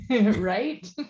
Right